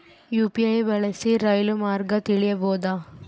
UPI ಬಳಸಿ ರೈಲು ಮಾರ್ಗ ತಿಳೇಬೋದ?